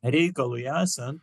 reikalui esant